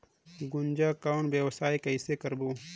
गुनजा कौन व्यवसाय कइसे करबो?